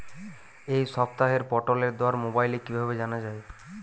এই সপ্তাহের পটলের দর মোবাইলে কিভাবে জানা যায়?